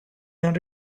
not